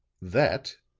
that,